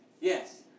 yes